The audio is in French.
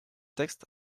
texte